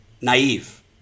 naive